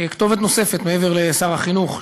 כתובת נוספת מעבר לשר החינוך,